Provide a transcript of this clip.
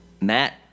Matt